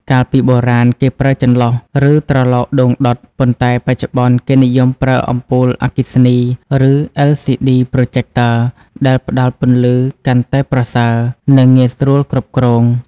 កាលពីបុរាណគេប្រើចន្លុះ ឬត្រឡោកដូងដុត ប៉ុន្តែបច្ចុប្បន្នគេនិយមប្រើអំពូលអគ្គិសនី ឬ LCD Projector ដែលផ្តល់ពន្លឺកាន់តែប្រសើរ និងងាយស្រួលគ្រប់គ្រង។